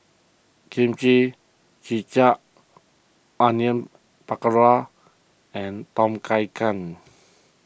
Kimchi Jjigae Onion Pakora and Tom Kha Gai